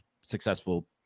successful